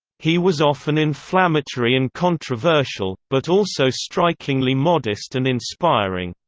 he was often inflammatory and controversial, but also strikingly modest and inspiring.